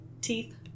teeth